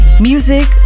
Music